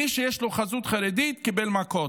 מי שיש לו חזות חרדית קיבל מכות,